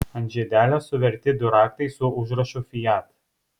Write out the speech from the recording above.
ant žiedelio suverti du raktai su užrašu fiat